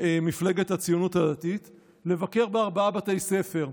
ממפלגת הציונות הדתית לבקר בארבעה בתי ספר,